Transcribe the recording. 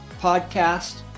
podcast